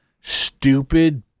stupid